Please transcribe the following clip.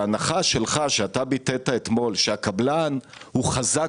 ההנחה שלך שביטאת אתמול על כך שהקבלן חזק